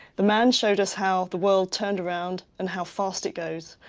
the man showed us how the world turned around and how fast it goes.